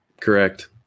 Correct